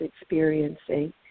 experiencing